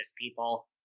people